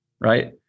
right